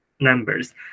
numbers